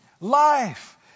Life